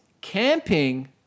camping